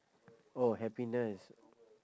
oh happiness